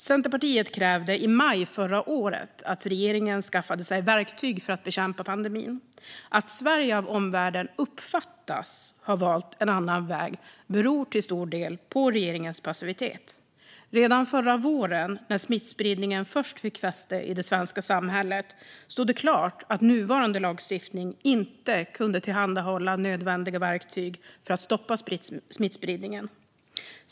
Centerpartiet krävde i maj förra året att regeringen skaffade sig verktyg för att bekämpa pandemin. Att Sverige av omvärlden uppfattas ha valt en annan väg beror till stor del på regeringens passivitet. Redan förra våren, när smittspridningen först fick fäste i det svenska samhället, stod det klart att nuvarande lagstiftning inte kunde tillhandahålla nödvändiga verktyg för att stoppa smittspridningen.